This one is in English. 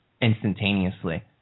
instantaneously